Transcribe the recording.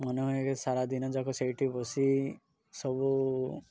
ମନ ହୁଏ ସାରା ଦିନଯାକ ସେଇଠି ବସି ସବୁ